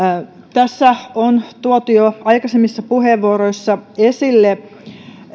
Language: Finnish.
tässä on tuotu jo aikaisemmissa puheenvuoroissa esille